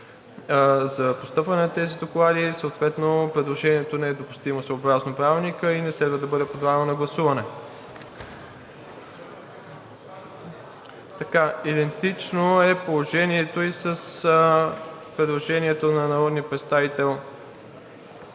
за постъпване на тези доклади. Съответно предложението не е допустимо съобразно Правилника и не следва да бъде подлагано на гласуване. Идентично е положението и с предложението на народния представител